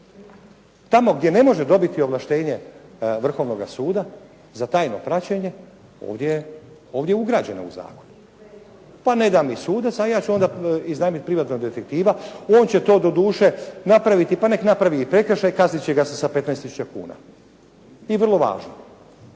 tamo gdje ne može dobiti ovlaštenje Vrhovnoga suda za tajno praćenje ovdje je ugrađeno u zakon. Pa nedavni sudac, a ja ću onda iznajmiti privatnog detektiva, on će to doduše napraviti, pa nek napravi i prekršaj. Kaznit će ga se sa 15000 kuna. I vrlo važno,